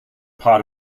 part